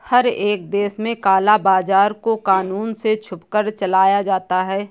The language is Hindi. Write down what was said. हर एक देश में काला बाजार को कानून से छुपकर चलाया जाता है